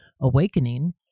awakening